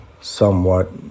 somewhat